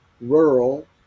rural